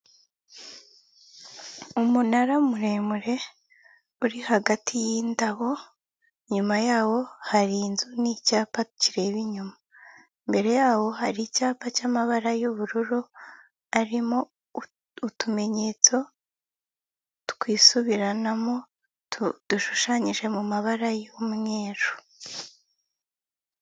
Imodoka y'umweru itwara abagenzi yanditseho umutoza wa Kigali ku ruhande yayo hakaba hariho abagenzi ndetse n'abari gucuruza ibijyanye n'amakofi.